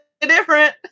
different